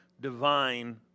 divine